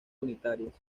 unitarias